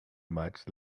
much